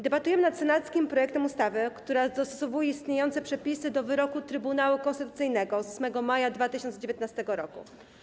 Debatujemy nad senackim projektem ustawy, która dostosowuje istniejące przepisy do wyroku Trybunału Konstytucyjnego z 8 maja 2019 r.